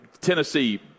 tennessee